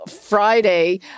Friday